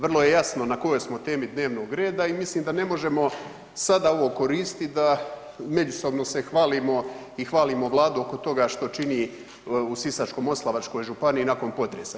Vrlo je jasno na kojoj smo temi dnevnog reda i mislim da ne možemo sada ovo koristiti da međusobno se hvalimo i hvalimo Vladu oko toga što čini u Sisačko-moslavačkoj županiji nakon potresa.